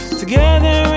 together